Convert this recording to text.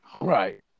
Right